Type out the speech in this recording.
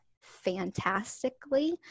fantastically